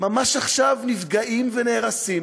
ממש עכשיו נפגעים ונהרסים